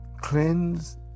Cleanse